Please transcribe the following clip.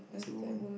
as a woman